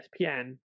ESPN